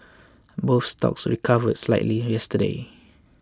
both stocks recovered slightly yesterday